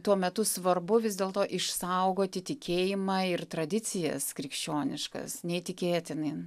tuo metu svarbu vis dėlto išsaugoti tikėjimą ir tradicijas krikščioniškas neįtikėtinai